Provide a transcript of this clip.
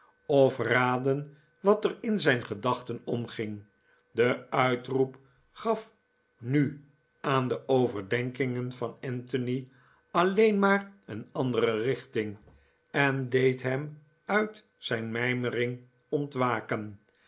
of raden wat er in zijn gedachten omging de uitroep gaf nu aan de overdenkingen van anthony alleen maar een andere richting en deed hem uit zijn mijmering ontwakenja